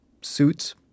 suits